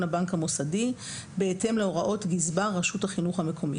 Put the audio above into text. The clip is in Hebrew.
הבנק המוסדי בהתאם להוראות גזבר רשות החינוך המקומית.